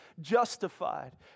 justified